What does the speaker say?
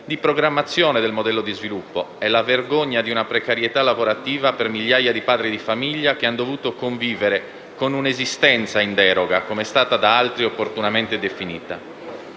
di programmazione del modello di sviluppo e la vergogna di una precarietà lavorativa per migliaia di padri di famiglia che hanno dovuto convivere con una esistenza in deroga, come è stata da altri opportunamente definita.